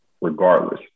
regardless